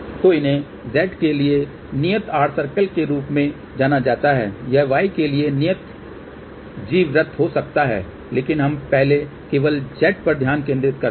तो इन्हें Z के लिए नियत R सर्कल के रूप में जाना जाता है यह Y के लिए नियत G वृत्त हो सकता है लेकिन हम पहले केवल Z पर ध्यान केंद्रित करते हैं